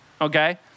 okay